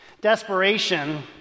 Desperation